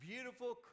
beautiful